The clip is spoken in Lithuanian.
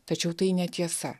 tačiau tai netiesa